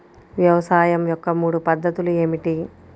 వ్యవసాయం యొక్క మూడు పద్ధతులు ఏమిటి?